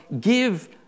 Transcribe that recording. give